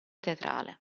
teatrale